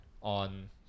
on